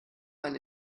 eine